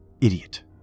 Idiot